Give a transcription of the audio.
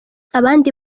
abandi